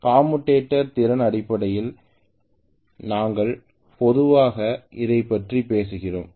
commutator திறன் அடிப்படையில் நாங்கள் பொதுவாக இதைப் பற்றி பேசுகிறோம்